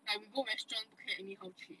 like we go restaurants 不可以 anyhow 去